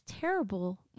Terrible